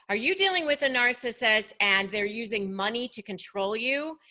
are you dealing with a narcissist, and they're using money to control you?